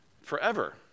forever